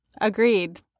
agreed